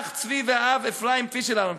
האח צבי והאב אפרים פישל אהרונסון,